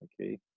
Okay